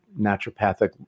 naturopathic